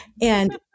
And-